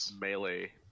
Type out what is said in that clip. Melee